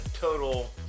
total